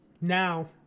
Now